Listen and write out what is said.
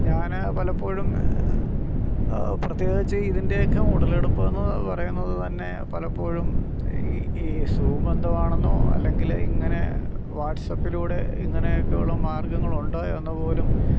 ഞാൻ പലപ്പോഴും പ്രത്യേകിച്ച് ഇതിൻ്റെയൊക്കെ ഉടലെടുപ്പ് എന്ന് പറയുന്നത് തന്നെ പലപ്പോഴും ഈ ഈ സൂം എന്താണെന്നോ അല്ലെങ്കിൽ ഇങ്ങനെ വാട്സപ്പിലൂടെ ഇങ്ങനെയൊക്കെയുള്ള മാർഗ്ഗങ്ങളുണ്ട് എന്ന് പോലും